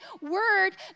word